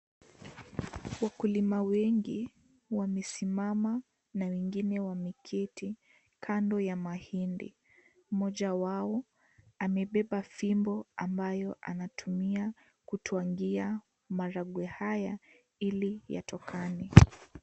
Wakulima wengi wamesimama na wengine wameketi kando ya mahindi mmoja wao amebeba fimbo ambayo anatumia kutwangia maharagwe haya ili yatokane.